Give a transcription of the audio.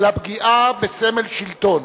אלא פגיעה בסמל שלטון,